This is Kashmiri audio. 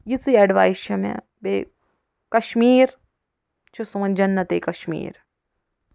یِژی ایڈوایس چھِ مےٚ بیٚیہِ کشمیٖر چھُ سون جنتے کشمیٖر